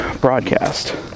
broadcast